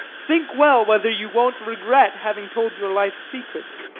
think well whether you won't regret having told your life's secrets.